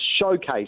showcase